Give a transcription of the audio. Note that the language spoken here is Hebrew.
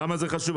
למה זה חשוב?